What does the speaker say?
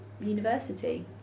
university